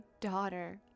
daughter